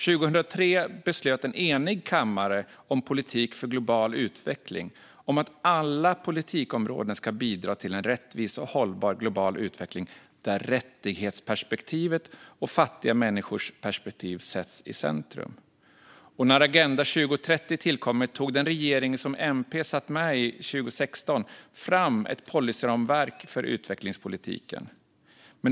År 2003 beslutade en enig kammare om politik för global utveckling att alla politikområden ska bidra till en rättvis och hållbar global utveckling, där rättighetsperspektivet och fattiga människors perspektiv sätts i centrum. När Agenda 2030 tillkommit tog den regering som MP satt i 2016 fram ett policyramverk för utvecklingspolitiken.